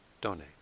donate